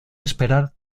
esperar